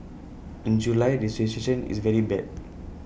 in July the situation is very bad